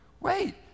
Wait